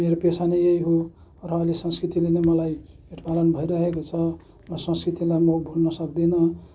मेरो पेसा नै यही हो र अहिले संस्कृतिले नै मलाई पेटपालन भइरहेको छ म संस्कृतिलाई म भुल्न सक्दिनँ